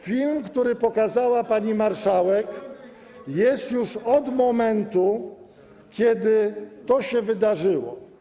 Film, który pokazała pani marszałek, jest od momentu, kiedy to się już wydarzyło.